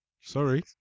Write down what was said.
Sorry